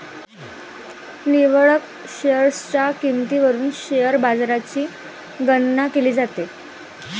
निवडक शेअर्सच्या किंमतीवरून शेअर बाजाराची गणना केली जाते